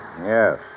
Yes